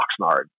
Oxnard